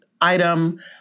item